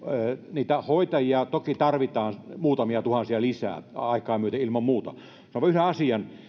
niitä hoitajia toki tarvitaan muutamia tuhansia lisää aikaa myöten ilman muuta sanon yhden asian